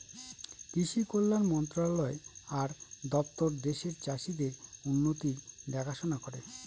কৃষি কল্যাণ মন্ত্রণালয় আর দপ্তর দেশের চাষীদের উন্নতির দেখাশোনা করে